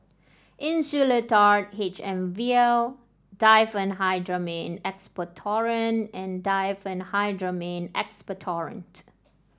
Insulatard H M vial Diphenhydramine Expectorant and Diphenhydramine Expectorant